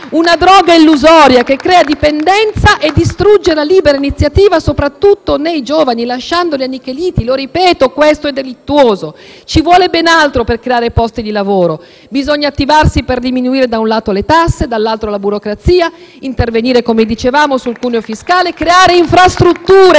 una droga illusoria, che crea dipendenza e distrugge la libera iniziativa soprattutto nei giovani, lasciandoli annichiliti. Ripeto che questo è delittuoso. Ci vuole ben altro per creare posti di lavoro. Bisogna attivarsi per diminuire, da un lato, le tasse e, dall'altro, la burocrazia; per intervenire, come dicevamo, sul cuneo fiscale e creare infrastrutture,